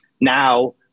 Now